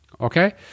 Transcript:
Okay